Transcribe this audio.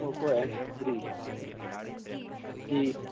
Poco S three G